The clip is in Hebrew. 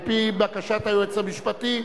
על-פי בקשת היועץ המשפטי,